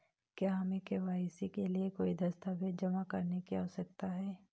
क्या हमें के.वाई.सी के लिए कोई दस्तावेज़ जमा करने की आवश्यकता है?